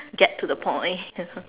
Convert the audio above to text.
get to the point you know